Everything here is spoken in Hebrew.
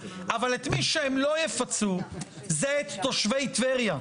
אבל את מי שהם לא יפצו זה את תושבי טבריה.